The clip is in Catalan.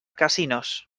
casinos